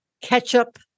ketchup